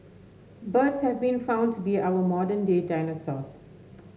birds have been found to be our modern day dinosaurs